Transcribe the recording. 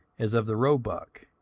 as of the roebuck,